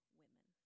women